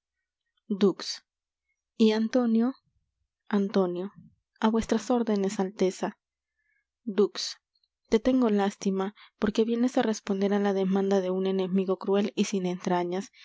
y antonio antonio á vuestras órdenes alteza dux te tengo lástima porque vienes á responder á la demanda de un enemigo cruel y sin entrañas